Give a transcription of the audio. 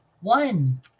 one